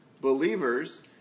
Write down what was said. believers